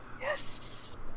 Yes